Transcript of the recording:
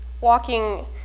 walking